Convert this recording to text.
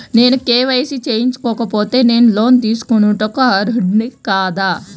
నేను కే.వై.సి చేయించుకోకపోతే నేను లోన్ తీసుకొనుటకు అర్హుడని కాదా?